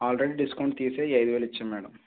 already discount తీసే ఈ అయిదు వేలు ఇచ్చాం మ్యాడమ్